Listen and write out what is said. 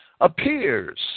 appears